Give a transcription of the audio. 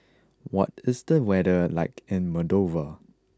what is the weather like in Moldova